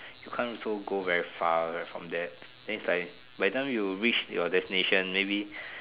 you can't also go very far from that then it's like by the time you reach your destination maybe